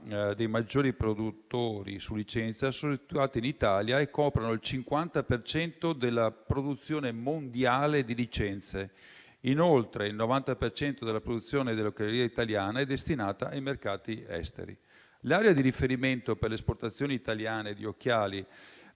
dei maggiori produttori su licenza sono situati in Italia e coprono il 50 per cento della produzione mondiale di licenze. Inoltre, il 90 per cento della produzione dell'occhialeria italiana è destinata ai mercati esteri. L'area di riferimento per le esportazioni italiane di occhiali